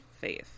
faith